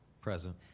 Present